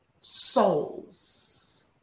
souls